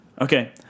Okay